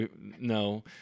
no